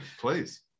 please